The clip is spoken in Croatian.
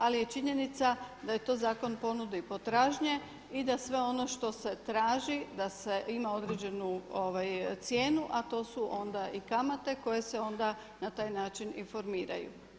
Ali je činjenica da je to zakon ponude i potražnje i da sve ono što se traži, da ima određenu cijenu, a to su onda i kamate koje se onda na taj način i formiraju.